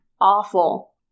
Awful